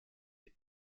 die